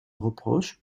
reproche